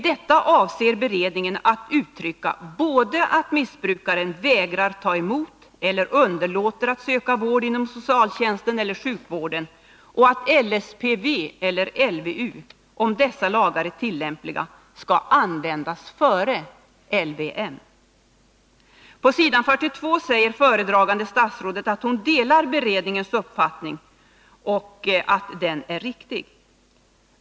Med detta avser beredningen att uttrycka både att missbrukaren vägrar ta emot eller underlåter att söka vård inom socialtjänsten eller sjukvården, och att LSPV eller LVU, om dessa lagar är tillämpliga, skall användas före LVM.” På s. 42 säger föredragande statsrådet att hon delar beredningens uppfattning.